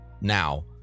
now